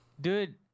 dude